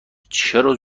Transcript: چرا